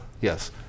Yes